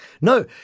No